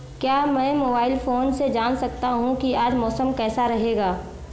क्या मैं mobile phone से जान सकता हूँ कि आज मौसम कैसा रहेगा?